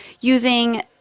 using